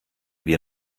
wir